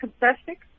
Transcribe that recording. fantastic